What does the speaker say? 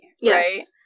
Yes